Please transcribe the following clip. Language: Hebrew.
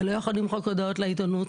אתה לא יכול למחוק הודעות לעיתונות,